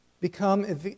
become